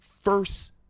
first